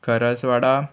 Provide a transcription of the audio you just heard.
करस वाडा